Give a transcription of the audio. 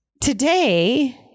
today